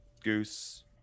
goose